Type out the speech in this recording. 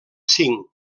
cinc